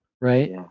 right